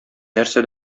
нәрсә